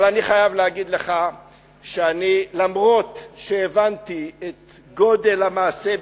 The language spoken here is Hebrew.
אבל אני חייב להגיד לך שאף-על-פי שהבנתי את גודל המעשה,